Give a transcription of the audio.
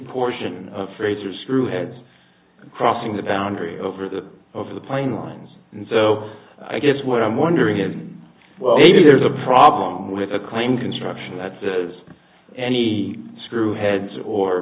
portion fraser's screw heads crossing the boundary over the over the plain lines and so i guess what i'm wondering him well maybe there's a problem with a claim construction that says any screw heads or